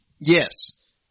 Yes